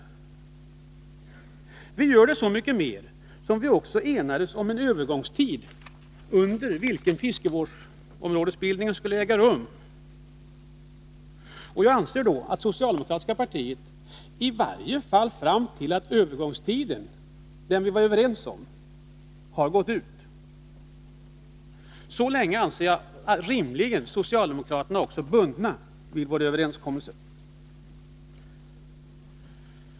Jag gör det så mycket mer som vi också enades om en övergångstid under vilken bildandet av fiskevårdsområden skulle äga rum. Jag anser det rimligt att det socialdemokratiska partiet —i varje fall fram till dess den övergångstid som vi var överens om har gått ut — är bundet vid vår överenskommelse.